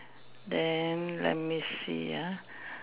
then let me see ah